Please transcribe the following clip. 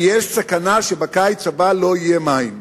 כי יש סכנה שבקיץ הבא לא יהיו מים.